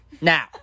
Now